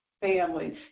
families